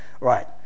Right